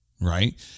right